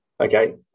Okay